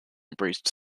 embraced